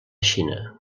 xina